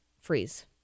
freeze